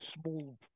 small